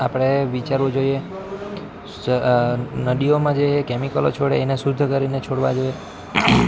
આપણે વિચારવું જોઈએ નદીઓમાં જે કેમિકલો છોડે એને શુદ્ધ કરીને છોડવા જોઈએ